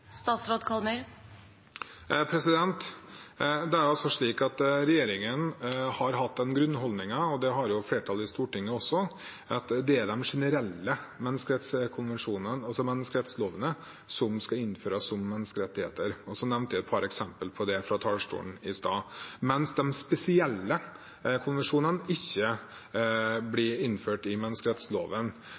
Regjeringen har hatt den grunnholdningen, og det har flertallet i Stortinget også, at det er de generelle menneskerettskonvensjonene, altså menneskerettslovene, som skal innføres som menneskerettigheter – jeg nevnte et par eksempler på det fra talerstolen i stad – mens de spesielle konvensjonene ikke blir innført i menneskerettsloven.